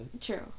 true